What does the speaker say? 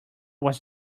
was